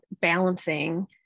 balancing